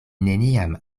neniam